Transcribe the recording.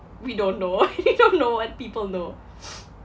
we don't know we don't know what people know